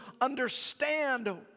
understand